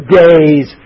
days